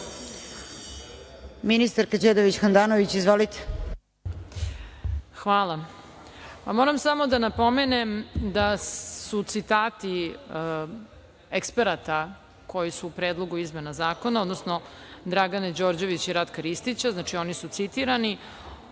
**Dubravka Đedović Handanović** Hvala. Moram samo da napomenem da su citati eksperata koji su u predlogu izmena zakona, odnosno Dragane Đorđević i Ratka Ristića, znači, oni su citirani,